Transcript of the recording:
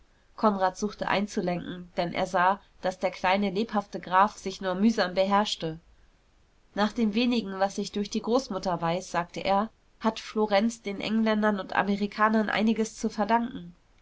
konrad suchte einzulenken denn er sah daß der kleine lebhafte graf sich nur mühsam beherrschte nach dem wenigen was ich durch die großmutter weiß sagte er hat florenz den engländern und amerikanern einiges zu verdanken